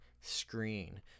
screen